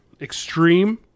Extreme